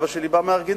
אבא שלי בא מארגנטינה,